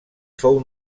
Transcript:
fou